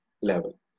level